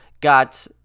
got